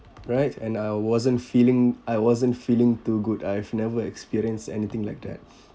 right and I wasn't feeling I wasn't feeling too good I've never experienced anything like that